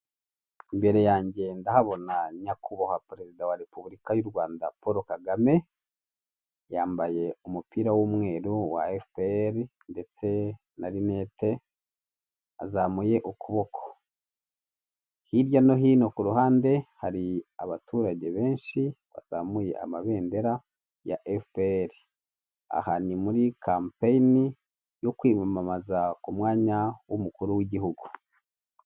Imbere yange ndahabona nyakubahwa perezida wa Repubulika y'u Rwanda Paul Kagame yambaye umupira w'umweru wa efuperi ndetse na rinete azamuye ukuboko, hirya no hino ku ruhande hari abaturage benshi bazamuye amabendera ya efuperi, aha ni muri kampaeyini yo kwiyamamaza ku mwanya w'umukuru w'igihugu.